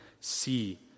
see